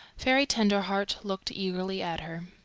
fairy tenderheart looked eagerly at her.